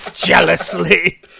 jealously